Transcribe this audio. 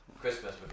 Christmas